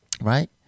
Right